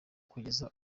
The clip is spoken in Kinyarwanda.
kugeza